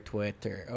Twitter